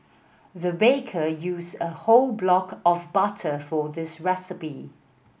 the baker used a whole block of butter for this recipe